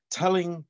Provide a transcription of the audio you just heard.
telling